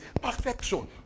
Perfection